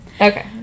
Okay